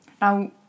Now